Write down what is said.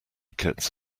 kits